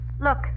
look